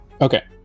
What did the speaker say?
Okay